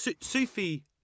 Sufi